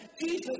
Jesus